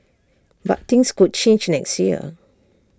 but things could change next year